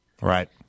Right